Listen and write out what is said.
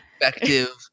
effective